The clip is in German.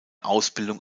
ausbildung